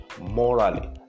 morally